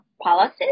policies